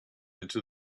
into